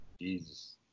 jesus